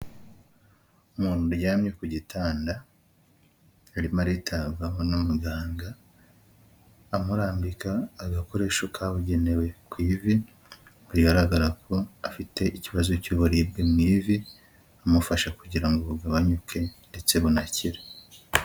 Umuntu uryamye ku gitanda arimo aritabwaho n'umuganga amurambika agakoresho kabugenewe ku ivi rigaragara ko afite ikibazo cy'uburibwe mw' ivi amufasha kugira ngo bugabanyuke ndetse bunakire.